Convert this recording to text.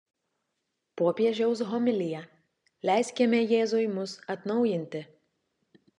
popiežiaus homilija leiskime jėzui mus atnaujinti